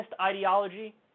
ideology